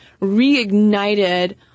reignited